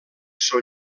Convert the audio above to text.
són